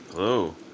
Hello